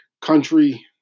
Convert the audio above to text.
country